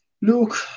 look